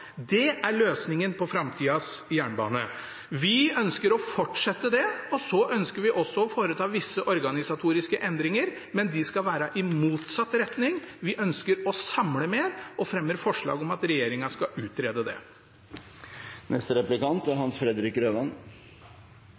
Det er løsningen på framtidens jernbane. Vi ønsker å fortsette dette, og så ønsker vi også å foreta visse organisatoriske endringer, men de skal gå i motsatt retning. Vi ønsker å samle mer og fremmer forslag om at regjeringen skal utrede det.